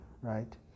right